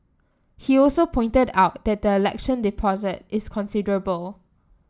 he also pointed out that the election deposit is considerable